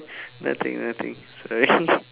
nothing nothing sorry